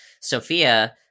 Sophia